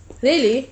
really